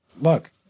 look